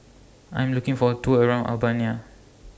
I Am looking For A Tour around Albania